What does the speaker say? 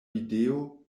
video